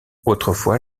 autrefois